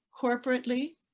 corporately